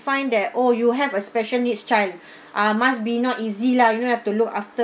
find that oh you have a special needs child ah must be not easy lah you know you have to look after